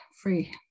free